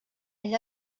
ell